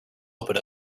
open